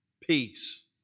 peace